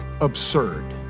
absurd